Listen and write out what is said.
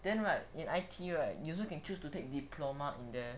then right in I_T_E you also can choose to take diploma in there